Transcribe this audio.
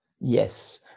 Yes